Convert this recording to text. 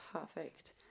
Perfect